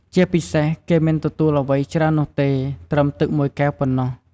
ជាពិសេសគេមិនទទួលអ្វីច្រើននោះទេ ត្រឹមទឹក១កែវប៉ុណ្ណោះ។